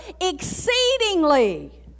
exceedingly